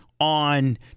on